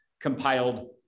compiled